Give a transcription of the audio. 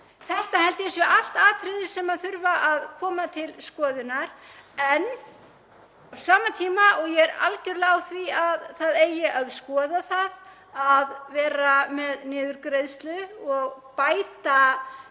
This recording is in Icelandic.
Þetta held ég að séu allt atriði sem þurfi að koma til skoðunar. En á sama tíma og ég er algerlega á því að það eigi að skoða það að vera með niðurgreiðslu og bæta